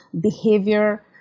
behavior